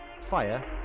Fire